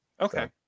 Okay